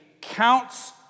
counts